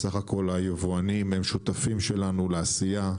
בסך הכול היבואנים הם שותפים שלנו לעשייה,